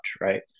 right